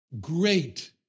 great